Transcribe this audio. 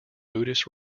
buddhist